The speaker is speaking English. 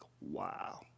wow